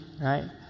right